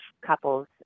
couples